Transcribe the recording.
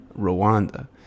Rwanda